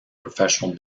professional